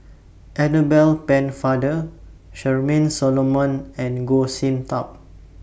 Annabel Pennefather Charmaine Solomon and Goh Sin Tub